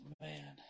man